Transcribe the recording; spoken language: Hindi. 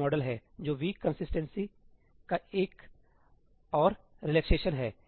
मॉडल है जो वीक कंसिस्टेंसी का एक और रिलैक्सेशन है